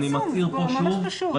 אני מצהיר פה שוב,